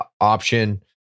option